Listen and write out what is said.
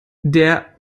der